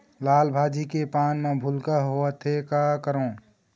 लाल भाजी के पान म भूलका होवथे, का करों?